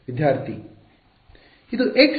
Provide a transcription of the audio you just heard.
ವಿದ್ಯಾರ್ಥಿ ಸಮಯ ನೋಡಿ 1343